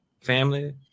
Family